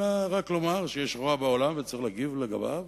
אלא רק לומר שיש רוע בעולם וצריך להגיב לגביו,